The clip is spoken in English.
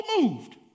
moved